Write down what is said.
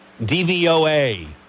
DVOA